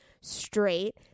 straight